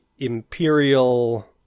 Imperial